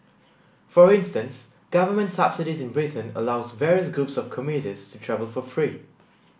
for instance government subsidies in Britain allow various groups of commuters to travel for free